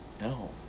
No